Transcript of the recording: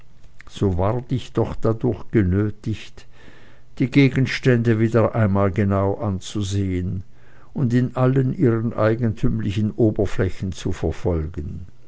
so ward ich doch dadurch genötigt die gegenstände wieder einmal genau anzusehen und in allen ihren eigentümlichen oberflächen zu verfolgen